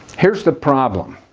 here's the problem.